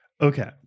Okay